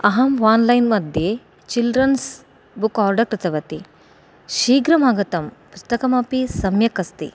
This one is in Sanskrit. अहम् ओन्लैन् मध्ये चिल्ड्रन्स् बुक् ओर्डर् कृतवती शीघ्रम् आगतं पुस्तकमपि सम्यक् अस्ति